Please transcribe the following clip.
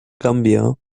gambia